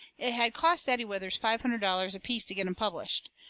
it had cost daddy withers five hundred dollars apiece to get em published.